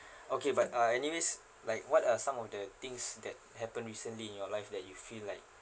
okay but uh anyway like what are some of the things that happened recently in your life that you feel like